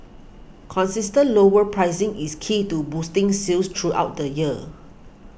consistent lower pricing is key to boosting sales throughout the year